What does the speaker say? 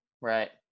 right